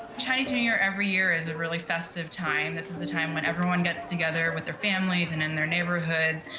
chinese new year every year is a really festive time. this is the time when everyone gets together with their families and in their neighborhoods,